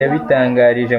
yabitangarije